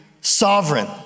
sovereign